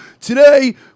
today